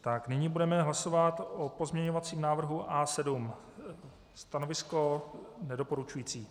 Tak nyní budeme hlasovat o pozměňovacím návrhu A7. Stanovisko nedoporučující.